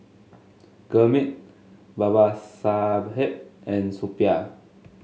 Gurmeet Babasaheb and Suppiah